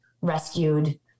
rescued